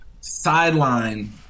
sideline